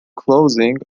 clothing